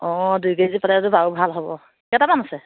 অঁ দুই কেজি পালেটো বাৰু ভাল হ'ব কেইটামান আছে